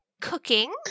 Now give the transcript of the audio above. cooking